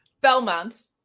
Belmont